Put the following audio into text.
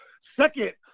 Second